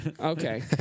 Okay